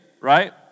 right